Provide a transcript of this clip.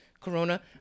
corona